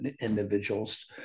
individuals